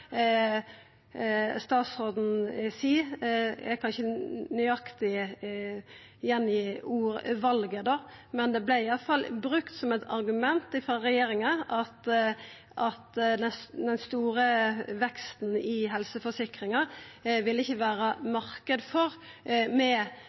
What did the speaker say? statsråden seia – eg kan ikkje nøyaktig gjengi ordvalet, men det vart i alle fall brukt som eit argument frå regjeringa – at det ikkje ville vera marknad for den store veksten i